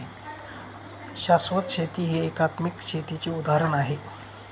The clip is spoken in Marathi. शाश्वत शेती हे एकात्मिक शेतीचे उदाहरण आहे